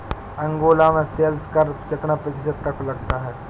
Angola में sales कर कितना प्रतिशत तक लगता है?